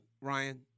Ryan